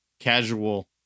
casual